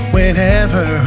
Whenever